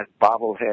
bobblehead